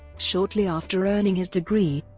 shortly after earning his degree,